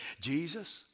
Jesus